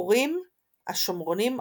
קוראים השומרונים "רחותה"